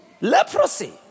leprosy